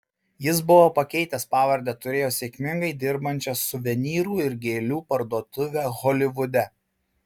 jis buvo pakeitęs pavardę turėjo sėkmingai dirbančią suvenyrų ir gėlių parduotuvę holivude